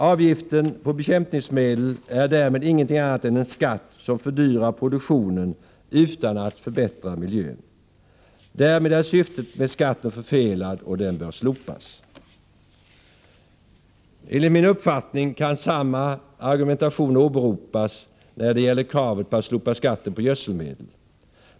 Avgiften på bekämpningsmedel är därmed ingenting annat än en skatt som fördyrar produktionen utan att förbättra miljön. Därmed är syftet med skatten förfelat, och den bör slopas. Enligt min uppfattning kan samma argumentation åberopas när det gäller kravet på att slopa skatten på gödselmedel.